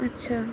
আচ্ছা